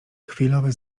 chwilowy